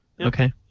Okay